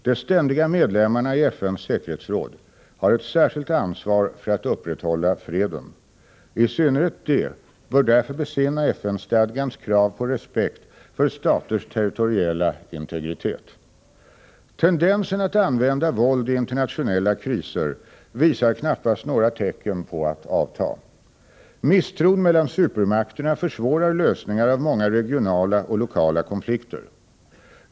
De ständiga medlemmarna i FN:s säkerhetsråd har ett särskilt ansvar för att upprätthålla freden. I synnerhet de bör därför besinna FN-stadgans krav på respekt för staters territoriella integritet. Tendensen att använda våld i internationella kriser visar knappast några tecken på att avta. Misstron mellan supermakterna försvårar lösningar av många regionala och lokala konflikter.